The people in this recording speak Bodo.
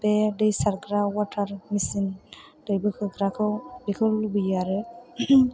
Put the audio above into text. बे दै सारग्रा वाटार मेचिन दै बोखोग्राखौ बेखौ लुबैयो आरो